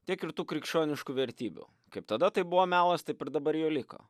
tiek ir tų krikščioniškų vertybių kaip tada tai buvo melas taip ir dabar jo liko